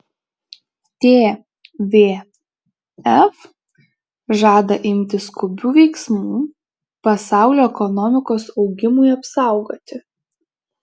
tvf žada imtis skubių veiksmų pasaulio ekonomikos augimui apsaugoti